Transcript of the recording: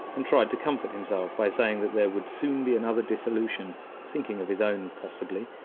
and tried to comfort himself by saying that there would soon be another dissolution thinking of his own, possibly,